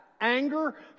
anger